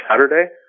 Saturday